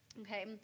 Okay